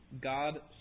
God